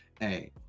Hey